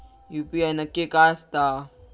UPI नक्की काय आसता?